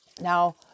Now